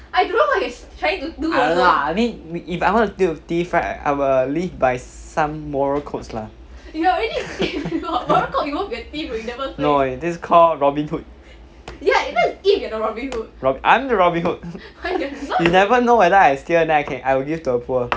I don't know lah I mean if I want to do a thief right I will live by some moral codes lah no eh this is call robin hood I'm the robin hood you never know whether I steal then I will give to the poor